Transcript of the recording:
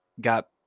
got